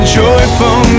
joyful